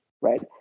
right